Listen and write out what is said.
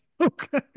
Okay